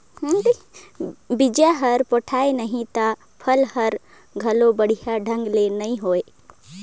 बिज हर पोठाय नही त फसल हर घलो बड़िया ढंग ले नइ होवे